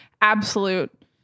absolute